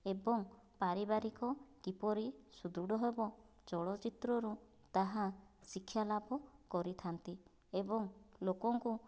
ଏବଂ ପାରିବାରିକ କିପରି ସୁଦୁଢ଼ ହେବ ଚଳଚ୍ଚିତ୍ରରୁ ତାହା ଶିକ୍ଷା ଲାଭ କରିଥାନ୍ତି ଏବଂ ଲୋକଙ୍କୁ